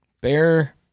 Bear